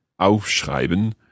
Aufschreiben